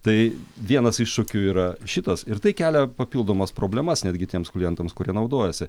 tai vienas iššūkių yra šitas ir tai kelia papildomas problemas netgi tiems klientams kurie naudojasi